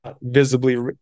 visibly